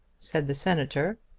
said the senator.